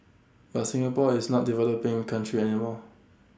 but Singapore is not developing country any more